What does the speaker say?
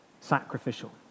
sacrificial